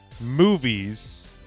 movies